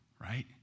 right